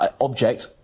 object